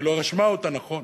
היא לא רשמה אותה נכון.